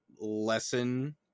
lesson